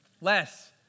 Less